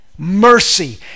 Mercy